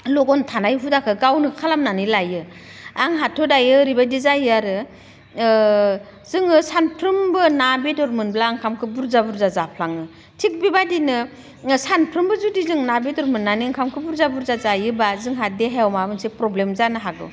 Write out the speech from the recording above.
लगन थानाय हुदाखो गावनो खालामनानै लायो आंहाथ' दायो ओरैबायदि जायो आरो जोङो सामफ्रोमबो ना बेदर मोनब्ला ओंखामखो बुरजा बुरजा जाफ्लाङो थिग बेबादिनो सामफ्रामबो जुदि जों ना बेदर मोननानै ओंखामखो बुरजा बुरजा जायोब्ला जोंहा देहायाव माबा मोनसे प्रब्लेम जानो हागौ